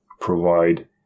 provide